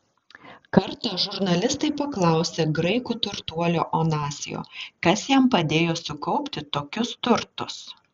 kartą žurnalistai paklausė graikų turtuolio onasio kas jam padėjo sukaupti tokius turtus